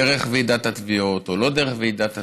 דרך ועידת התביעות או לא דרך ועידת התביעות.